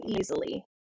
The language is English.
easily